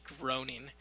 groaning